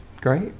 great